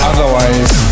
Otherwise